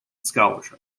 scholarship